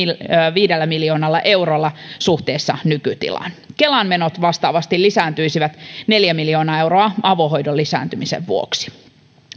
viidellä miljoonalla eurolla suhteessa nykytilaan kelan menot vastaavasti lisääntyisivät neljä miljoonaa euroa avohoidon lisääntymisen vuoksi